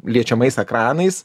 liečiamais ekranais